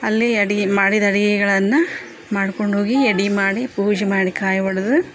ಅಲ್ಲಿ ಅಡಿ ಮಾಡಿದ ಅಡಿಗೆಗಳನ್ನ ಮಾಡ್ಕೊಂಡು ಹೋಗಿ ಎಡಿ ಮಾಡಿ ಪೂಜೆ ಮಾಡಿ ಕಾಯಿ ಒಡೆದು